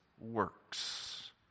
works